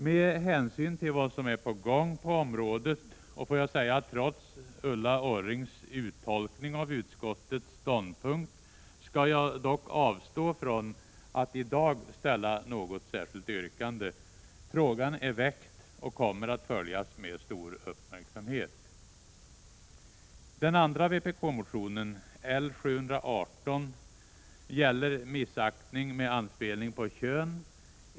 Med hänsyn till vad som är på gång på området och trots Ulla Orrings uttolkning av utskottets ståndpunkt skall jag dock avstå från att i dag ställa något yrkande. Frågan är väckt och kommer att följas med stor uppmärksamhet. Den andra vpk-motionen — L718 — gäller missaktning med anspelning på kön.